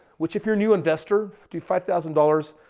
which if you're new investor, dude five thousand dollars,